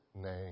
name